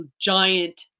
giant